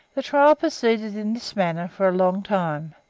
the trial proceeded in this manner for a long time,